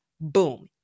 Boom